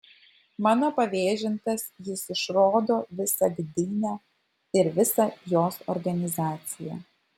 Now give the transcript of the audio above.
mano pavėžintas jis išrodo visą gdynę ir visą jos organizaciją